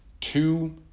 two